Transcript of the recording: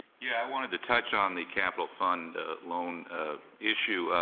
yeah i wanted to touch on the capital fund loan issue.